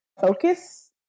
focus